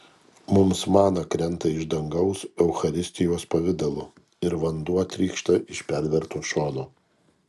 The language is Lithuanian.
mums mana krenta iš dangaus eucharistijos pavidalu ir vanduo trykšta iš perverto šono